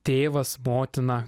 tėvas motina